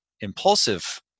impulsive